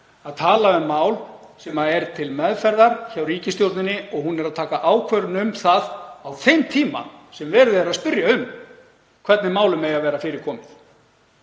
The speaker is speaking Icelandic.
að tala um mál sem er til meðferðar hjá ríkisstjórninni og hann er að taka ákvörðun um, á þeim tíma sem verið er að spyrja um hvernig málum eigi að vera fyrir komið.